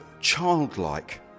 childlike